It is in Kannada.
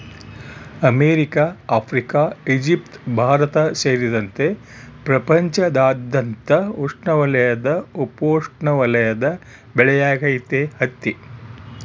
ಅಮೆರಿಕ ಆಫ್ರಿಕಾ ಈಜಿಪ್ಟ್ ಭಾರತ ಸೇರಿದಂತೆ ಪ್ರಪಂಚದಾದ್ಯಂತ ಉಷ್ಣವಲಯದ ಉಪೋಷ್ಣವಲಯದ ಬೆಳೆಯಾಗೈತಿ ಹತ್ತಿ